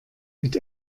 mit